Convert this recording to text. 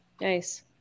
Nice